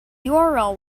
url